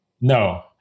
No